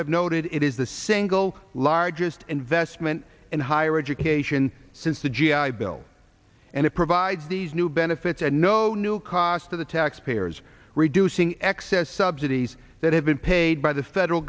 have noted it is the single largest investment in higher education since the g i bill and it provides these new benefits and no new cost to the taxpayers reducing excess subsidies that have been paid by the federal